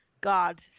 god